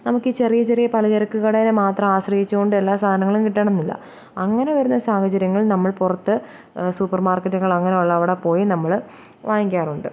നമുക്ക് ഈ ചെറിയ ചെറിയ പല ചരക്ക് കടയെ മാത്രം ആശ്രയിച്ച് കൊണ്ട് എല്ലാ സാധനങ്ങളും കിട്ടണമെന്നില്ല അങ്ങനെ വരുന്ന സാഹചര്യങ്ങളിൽ നമ്മൾ പുറത്ത് സൂപ്പർമാർക്കറ്റുകൾ അങ്ങനെയുള്ള അവിടെ പോയി നമ്മൾ വാങ്ങിക്കാറുണ്ട്